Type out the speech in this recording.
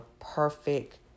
perfect